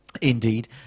Indeed